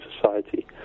society